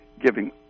giving